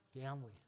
Family